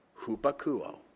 Hupakuo